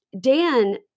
Dan